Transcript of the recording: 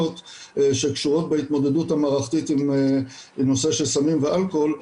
שקשורות בהתמודדות המערכתית עם נושא של סמים ואלכוהול,